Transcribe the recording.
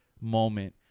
moment